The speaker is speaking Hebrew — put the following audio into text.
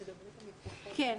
כן.